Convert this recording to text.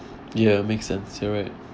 ya makes sense you're right